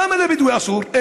למה לבדואי אסור?